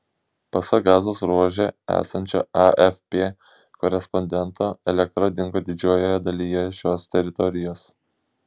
pasak gazos ruože esančio afp korespondento elektra dingo didžiojoje dalyje šios teritorijos